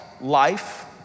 life